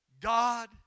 God